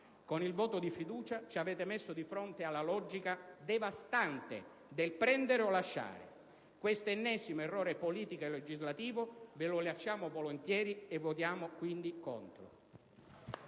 con il voto di fiducia ci avete messo di fronte alla logica devastante del prendere o lasciare, ma questo ennesimo errore politico e legislativo ve lo lasciamo volentieri ed esprimiamo quindi voto